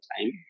time